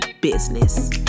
business